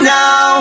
now